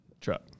truck